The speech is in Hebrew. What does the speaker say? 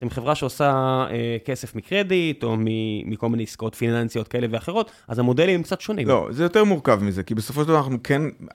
עם חברה שעושה כסף מקרדיט, או מכל מיני עסקאות פיננסיות כאלה ואחרות, אז המודלים הם קצת שונים. לא, זה יותר מורכב מזה, כי בסופו של דבר אנחנו כן...